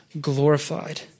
glorified